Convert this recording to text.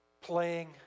playing